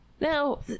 Now